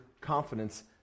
confidence